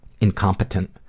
incompetent